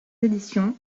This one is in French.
éditions